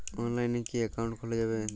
অনলাইনে কি অ্যাকাউন্ট খোলা যাবে?